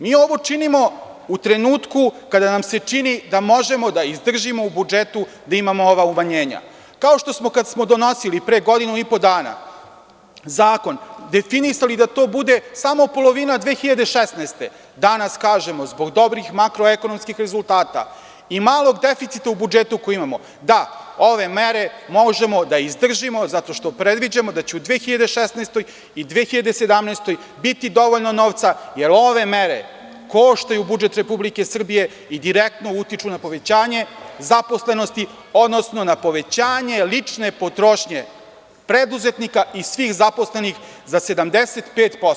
Mi ovo činimo u trenutku kada nam se čini da možemo da izdržimo u budžetu da imamo ova umanjenja, kao što smo kada smo donosili pre godinu i po dana zakon definisali da to bude samo polovina 2016. godine, danas kažemo, zbog dobrih makroekonomskih rezultata i malog deficita u budžetu koji imamo, da ove mere možemo da izdržimo zato što predviđamo da će u 2016. i 2017. godini biti dovoljno novca, jer ove mere koštaju budžet Republike Srbije i direktno utiču na povećanje zaposlenosti, odnosno na povećanje lične potrošnje preduzetnika i svih zaposlenih za 75%